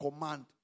command